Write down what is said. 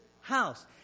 house